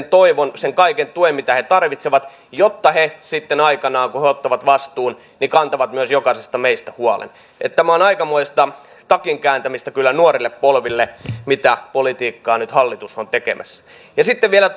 toivon sen kaiken tuen mitä he tarvitsevat jotta he sitten aikanaan kun he ottavat vastuun kantavat myös jokaisesta meistä huolen on aikamoista selän kääntämistä kyllä nuorille polville se politiikka mitä nyt hallitus on tekemässä sitten vielä